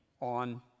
on